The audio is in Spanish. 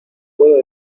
puedo